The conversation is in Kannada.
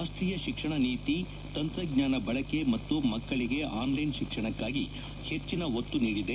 ರಾಷ್ಟೀಯ ಶಿಕ್ಷಣ ನೀತಿ ತಂತ್ರಜ್ಞಾನ ಬಳಕೆ ಮತ್ತು ಮಕ್ಕಳಿಗೆ ಆನ್ಲೈನ್ ಶಿಕ್ಷಣಕ್ಕಾಗಿ ಹೆಚ್ಚಿನ ಒತ್ತು ನೀಡಿದೆ